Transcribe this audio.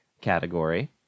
category